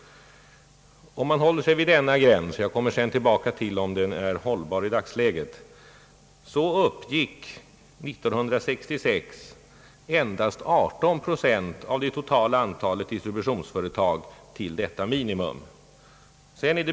Om man håller sig vid denna gräns — jag kommer sedan tillbaka till frågan om den är hållbar i dagsläget — uppnådde 1966 endast 18 procent av det totala antalet distributionsföretag detta minimum.